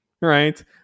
right